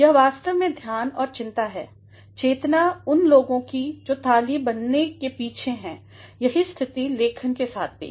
यह वास्तव में ध्यान और चिंता है चेतना उन लोगों कि जो थालीबनने के पीछे हैं यही स्थिति लेखन के साथ भी है